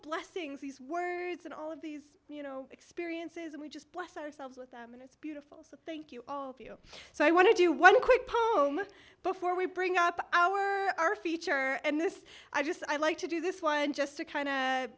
blessings these words and all of these you know experiences and we just bless ourselves with them and it's beautiful thank you so i wanted you one quick before we bring up our our feature and this i just i like to do this one just to kind of